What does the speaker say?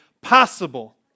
Possible